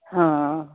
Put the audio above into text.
ਹਾਂ